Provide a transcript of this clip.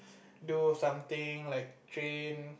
do something like train